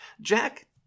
Jack